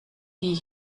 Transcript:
die